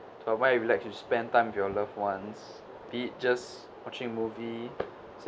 to unwind and relax you spend time with your loved ones be it just watching movie